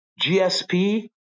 GSP